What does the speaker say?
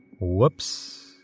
Whoops